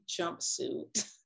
jumpsuit